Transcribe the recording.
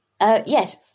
yes